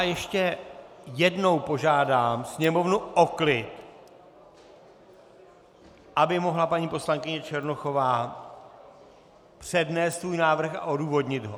Ještě jednou požádám sněmovnu o klid, aby mohla paní poslankyně Černochová přednést svůj návrh a odůvodnit ho.